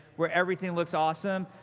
where everything looks awesome.